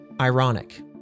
ironic